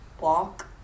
walk